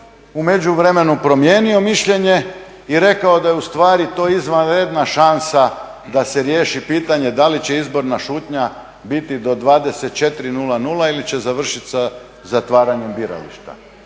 međuvremenu promijenio mišljenje i rekao da je u stvari to izvanredna šansa da se riješi pitanje da li će izborna šutnja biti do 24,00 ili će završiti sa zatvaranjem biralište.